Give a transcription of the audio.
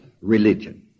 religion